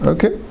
Okay